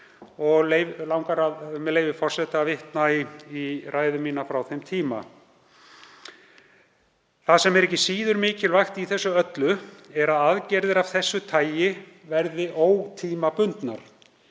með leyfi forseta, að vitna í ræðu mína frá þeim tíma: „Það sem er ekki síður mikilvægt í þessu öllu er að aðgerðir af þessu tagi verða að vera ótímabundnar.